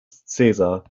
caesar